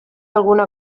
alguna